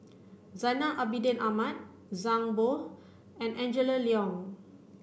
Zainal Abidin Ahmad Zhang Bohe and Angela Liong